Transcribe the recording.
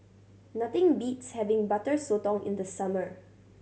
nothing beats having Butter Sotong in the summer